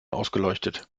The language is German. ausgeleuchtet